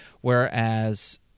Whereas